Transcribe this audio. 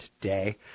today